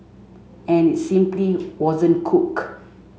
and it simply wasn't cooked